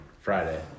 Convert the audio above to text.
Friday